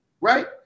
right